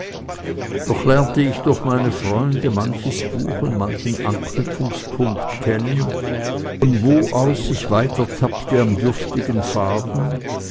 doch lernte ich durch meine freunde manches buch und manchen anknüpfungspunkt kennen von wo aus ich weitertappte am dürftigen faden